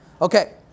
Okay